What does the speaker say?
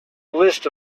list